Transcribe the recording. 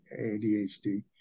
ADHD